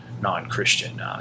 non-Christian